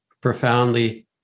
profoundly